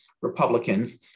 Republicans